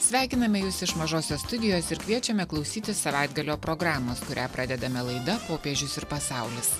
sveikiname jus iš mažosios studijos ir kviečiame klausytis savaitgalio programos kurią pradedame laida popiežius ir pasaulis